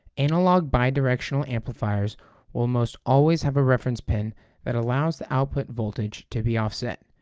analog bidirectional amplifiers almost always have a reference pin that allows the output voltage to be offset,